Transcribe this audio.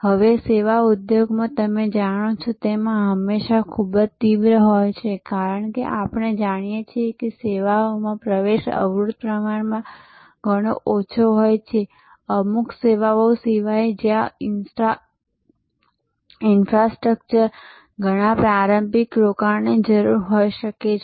હવે સેવા ઉદ્યોગમાં તમે જાણો છો તેમ આ હંમેશા ખૂબ જ તીવ્ર હોય છે કારણ કે આપણે જાણીએ છીએ કે સેવાઓમાં પ્રવેશ અવરોધ પ્રમાણમાં ઘણો ઓછો હોય છે અમુક સેવાઓ સિવાય જ્યાં ઈન્ફ્રાસ્ટ્રક્ચરમાં ઘણાં પ્રારંભિક રોકાણની જરૂર હોય શકે છે